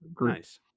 Nice